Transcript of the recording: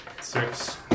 Six